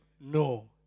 no